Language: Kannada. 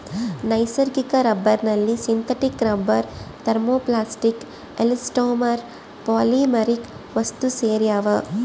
ನೈಸರ್ಗಿಕ ರಬ್ಬರ್ನಲ್ಲಿ synthetic rubber thermoplastic elastomer polymeric ವಸ್ತುಸೇರ್ಯಾವ